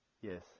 yes